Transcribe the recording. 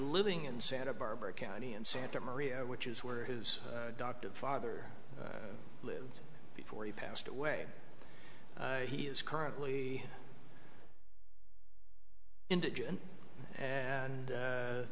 living in santa barbara county in santa maria which is where his doctor father lived before he passed away he is currently indigent and